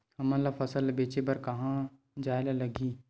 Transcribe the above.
हमन ला फसल ला बेचे बर कहां जाये ला लगही?